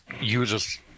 users